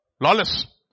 Lawless